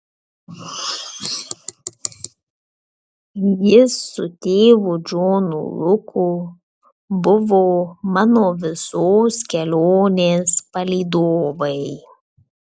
jis su tėvu džonu luku buvo mano visos kelionės palydovai